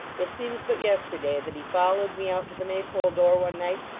it seems but yesterday that he followed me out to the maypole door one night,